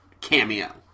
cameo